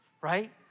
right